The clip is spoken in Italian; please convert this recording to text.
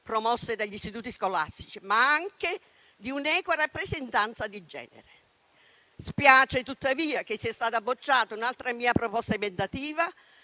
promosse dagli istituti scolastici, ma anche di un'equa rappresentanza di genere. Spiace tuttavia che sia stata bocciata un'altra mia proposta emendativa